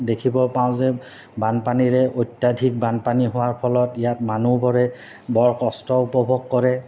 দেখিবলৈ পাওঁ যে বানপানীৰে অত্যাধিক বানপানী হোৱাৰ ফলত ইয়াত মানুহবোৰে বৰ কষ্ট উপভোগ কৰে